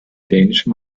dänische